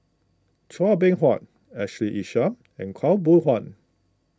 Chua Beng Huat Ashley Isham and Khaw Boon Wan